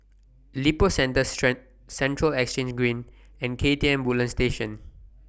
Lippo Centre Central Exchange Green and K T M Woodlands Station